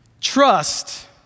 Trust